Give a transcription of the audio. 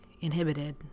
inhibited